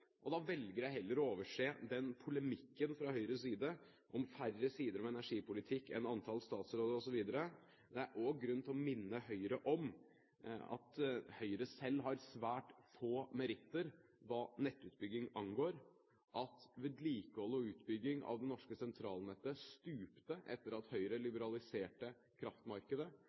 Og da velger jeg heller å overse polemikken fra Høyres side om færre sider med energipolitikk enn antall statsråder osv. Det er også grunn til å minne Høyre om at Høyre selv har svært få meritter hva nettutbygging angår, at vedlikehold og utbygging av det norske sentralnettet stupte etter at Høyre liberaliserte kraftmarkedet,